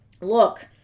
look